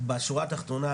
בשורה התחתונה,